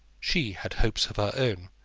she had hopes of her own,